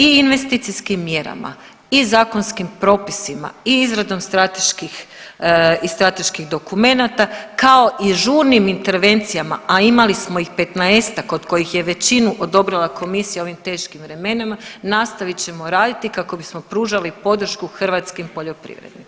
I investicijski mjerama i zakonskim propisima i izradom strateških i strateških dokumenata kao i žurnim intervencijama, a imali smo ih 15-ak od kojih je većinu odobrila komisija u ovim teškim vremenima, nastavit ćemo raditi kako bismo pružali podršku hrvatskih poljoprivrednicima.